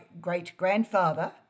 great-grandfather